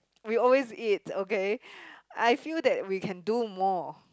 we always eat okay I feel that we can do more